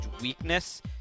weakness